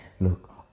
Look